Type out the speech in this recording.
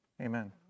Amen